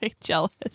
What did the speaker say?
jealous